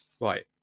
Right